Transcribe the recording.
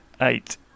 Eight